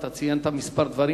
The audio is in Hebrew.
אתה ציינת כמה דברים,